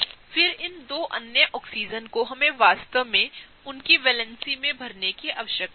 फिर इन दो अन्य ऑक्सीजन को हमें वास्तव में उनकी वैलेंसी में भरने की आवश्यकता है